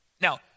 Now